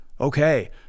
Okay